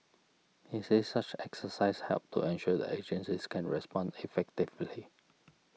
he said such exercises help to ensure the agencies can respond effectively